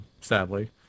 sadly